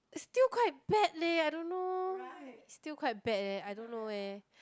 still quite bad leh I don't know still quite bad leh I don't know eh